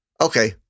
Okay